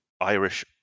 Irish